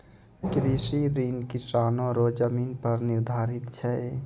कृषि ऋण किसानो रो जमीन पर निर्धारित छै